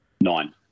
Nine